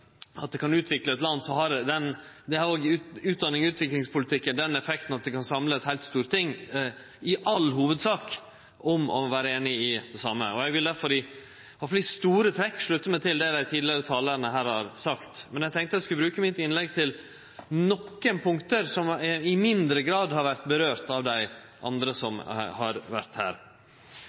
kan utvikle eit land, har tydelegvis òg utdanning i utviklingspolitikken den effekten at ho kan samle eit heilt storting – i all hovudsak – om å vere einig i det same. Eg vil derfor, iallfall i store trekk, slutte meg til det dei tidlegare talarane her har sagt, men eg tenkte eg skulle bruke mitt innlegg til nokre punkt som andre i mindre grad har